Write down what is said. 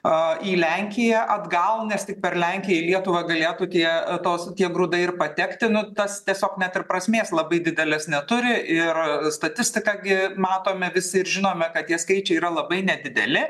a į lenkiją atgal nes tik per lenkiją į lietuvą galėtų tie tos tie grūdai ir patekti nu tas tiesiog net ir prasmės labai dideles neturi ir statistiką gi matome visi ir žinome kad tie skaičiai yra labai nedideli